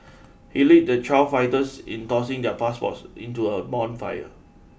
he led the child fighters in tossing their passports into a bonfire